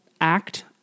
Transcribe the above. act